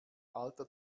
alter